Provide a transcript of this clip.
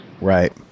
Right